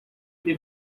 ele